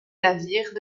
navires